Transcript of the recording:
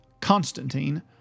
Constantine